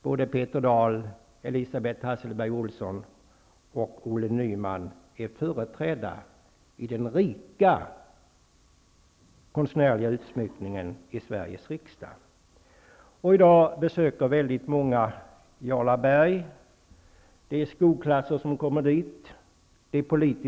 Både Peter Nyman är företrädda i den rika konstnärliga utsmyckningen i Sveriges riksdag. I dag är det många som besöker Jarlaberg.